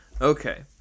Okay